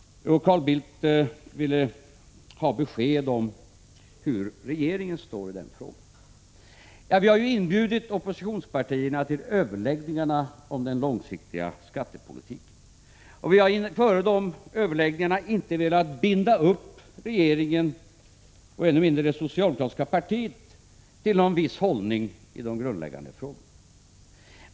Carl Bildt ville ha besked om var regeringen står i den frågan. Vi har inbjudit oppositionspartierna till överläggningar om den långsiktiga skattepolitiken. Före dessa överläggningar har vi inte velat binda upp regeringen, än mindre det socialdemokratiska partiet, till en viss hållning i de grundläggande frågorna.